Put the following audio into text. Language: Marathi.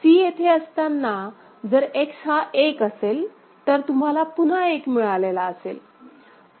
C इथे असताना जर X हा 1 असेल तर तुम्हाला पुन्हा 1 मिळालेला असेल